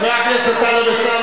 חבר הכנסת טלב אלסאנע,